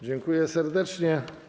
Dziękuję serdecznie.